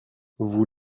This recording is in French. vous